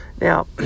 Now